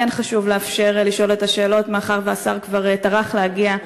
כן חשוב לאפשר לשאול את השאלות מאחר שהשר כבר טרח להגיע.